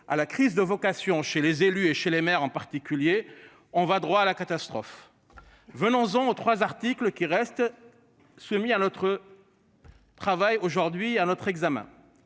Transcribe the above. à la crise de vocation chez les élus et chez les maires en particulier on va droit à la catastrophe. Venons-en 3 articles qui reste. Soumis à notre. Travail aujourd'hui à notre examen.